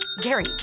Gary